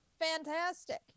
Fantastic